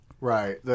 Right